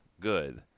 good